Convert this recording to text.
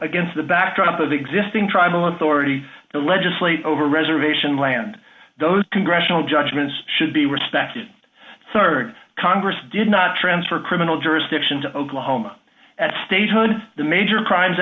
against the backdrop of existing tribal authority to legislate over reservation land those congressional judgments should be respected rd congress did not transfer criminal jurisdiction to oklahoma at statehood and the major crimes